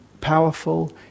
powerful